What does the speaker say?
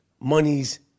Money's